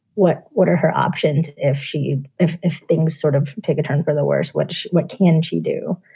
what what are her options if she if if things sort of take a turn for the worse watch. what can she do?